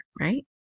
right